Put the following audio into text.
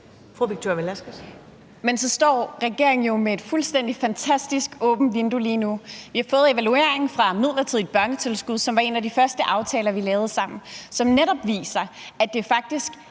Men så står regeringen jo lige nu med et fuldstændig fantastisk åbent vindue. Vi har fået evalueringen af det midlertidige børnetilskud, som var noget af det første, vi lavede aftale om sammen, og som netop viser, at det, at